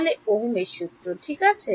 তাহলে ওহমের সূত্র Ohm's law ঠিক আছে